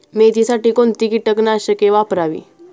मेथीसाठी कोणती कीटकनाशके वापरावी?